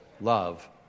love